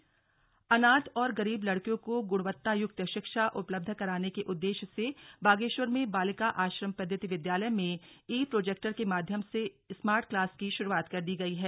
ई class अनाथ और गरीब लड़कियों को गुणवत्तायुक्त शिक्षा उपलब्ध कराने के उद्देश्य से बागेश्वर में बालिका आश्रम पद्वति विद्यालय में ई प्रोजेक्टर के माध्यम से स्मार्ट क्लास की शुरूआत कर दी गई है